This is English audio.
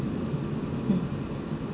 mm